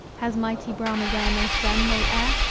has mighty brahma there no son, no heir?